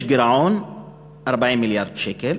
יש גירעון 40 מיליארד שקל,